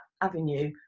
avenue